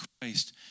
Christ